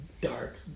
dark